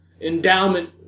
endowment